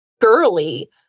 girly